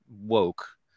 woke